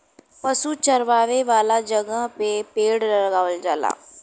पशु चरावे वाला जगह पे पेड़ लगावल जाला